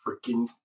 freaking